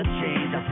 change